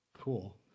Cool